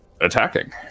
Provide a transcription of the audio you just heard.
attacking